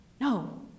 No